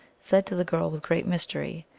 said to the girl with great mystery,